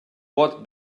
bot